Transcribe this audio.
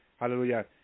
Hallelujah